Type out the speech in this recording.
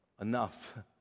enough